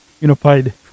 unified